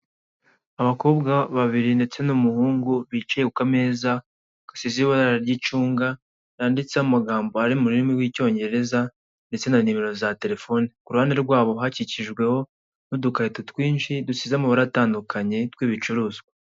Abakobwa babiri ndetse n'umuhungu bicaye ku kameza gasize ibara ry'icunga kanditseho amagambo ari mu rurimi rw'icyongereza, ndetse na nimero za terefone ku ruhande rwabo hakikijwe n'udukarito twinshi dusize amabara atandukanye tw'ibicuruzwa.